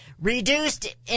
Reduced